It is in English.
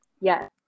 Yes